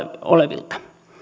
olevilta